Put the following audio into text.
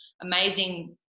amazing